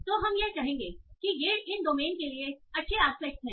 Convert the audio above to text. तो हम यह कहेंगे कि ये इन डोमेन के लिए अच्छे एस्पेक्टस हैं